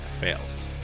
Fails